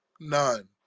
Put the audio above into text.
none